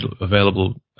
available